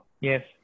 yes